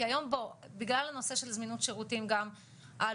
כי היום בגלל הנושא של זמינות שירותים גם העלויות,